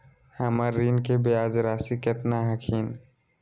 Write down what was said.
हमर ऋण के ब्याज रासी केतना हखिन?